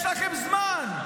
יש לכם זמן,